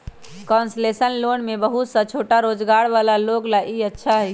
concessional loan में बहुत सा छोटा रोजगार वाला लोग ला ई अच्छा हई